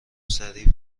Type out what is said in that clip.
سریع